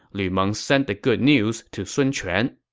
lu meng sent the good news to sun quan